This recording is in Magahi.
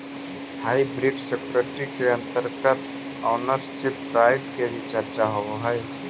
हाइब्रिड सिक्योरिटी के अंतर्गत ओनरशिप राइट के भी चर्चा होवऽ हइ